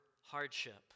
hardship